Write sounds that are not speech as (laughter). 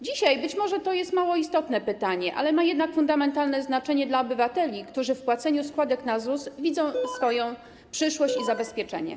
Dzisiaj być może to jest mało istotne pytanie, ale ma jednak fundamentalne znaczenie dla obywateli, którzy w płaceniu składek na ZUS widzą swoją (noise) przyszłość i zabezpieczenie.